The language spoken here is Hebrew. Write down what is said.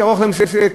שיערוך להם נישואין,